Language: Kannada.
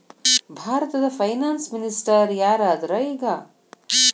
ಭಾರತದ ಫೈನಾನ್ಸ್ ಮಿನಿಸ್ಟರ್ ಯಾರ್ ಅದರ ಈಗ?